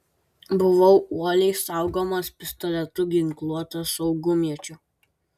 buvau uoliai saugomas pistoletu ginkluoto saugumiečio